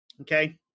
Okay